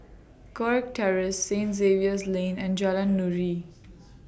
Kirk Terrace Saint Xavier's Lane and Jalan Nuri